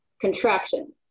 contractions